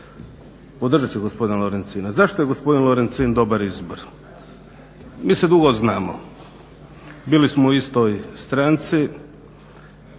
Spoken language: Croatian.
podržat ću gospodina Lorencina. Zašto je gospodin Lorencin dobar izbor? Mi se dugo znamo, bili smo u istoj stranci.